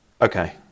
Okay